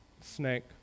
Snake